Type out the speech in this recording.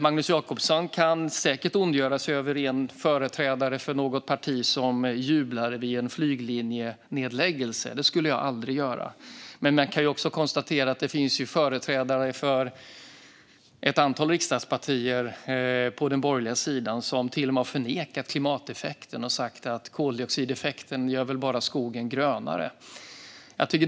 Magnus Jacobsson ondgör sig över en företrädare för något parti som jublar vid en flyglinjenedläggning. Det skulle jag aldrig göra. Men man kan också konstatera att det finns företrädare för ett antal riksdagspartier på den borgerliga sidan som till och med har förnekat klimatförändringen och sagt att koldioxideffekten bara gör skogen grönare.